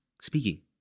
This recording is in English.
speaking